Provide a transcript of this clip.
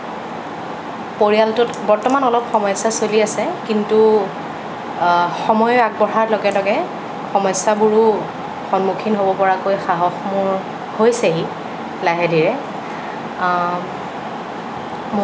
পৰিয়ালটোত বৰ্তমান অলপ সমস্যা চলি আছে কিন্তু সময় আগবঢ়াৰ লগে লগে সমস্যাবোৰো সম্মুখীন হ'ব পৰাকৈ সাহস মোৰ হৈছেহি লাহে ধীৰে